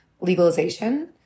legalization